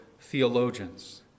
theologians